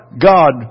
God